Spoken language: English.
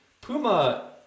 Puma